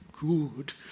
good